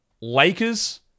Lakers